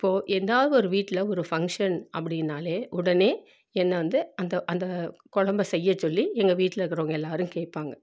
இப்போது எதாவது ஒரு வீட்டில் ஒரு ஃபங்ஷன் அப்படின்னாலே உடனே என்னை வந்து அந்த அந்த கொழம்ப செய்ய சொல்லி எங்கள் வீட்டில் இருக்குறவங்க எல்லோரும் கேட்பாங்க